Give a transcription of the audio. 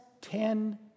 ten